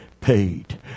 paid